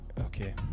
okay